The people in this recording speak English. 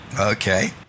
Okay